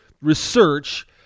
research